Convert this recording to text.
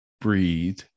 breathe